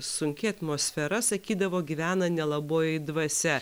sunki atmosfera sakydavo gyvena nelaboji dvasia